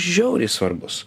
žiauriai svarbus